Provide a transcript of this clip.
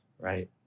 right